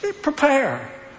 Prepare